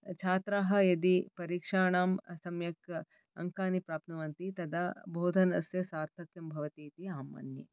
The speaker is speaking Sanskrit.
छात्राः यदि परीक्षाणां सम्यक् अङ्कानि प्राप्नुवन्ति तदा बोधनस्य सार्थक्यं भवतीति अहं मन्ये